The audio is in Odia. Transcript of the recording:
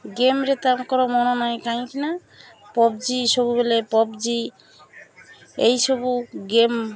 ଗେମ୍ରେ ତାଙ୍କର ମନ ନାଇଁ କାହିଁକି ନା ପବ୍ଜି ସବୁବେଲେ ପବ୍ଜି ଏଇସବୁ ଗେମ୍